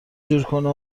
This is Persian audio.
جورکنه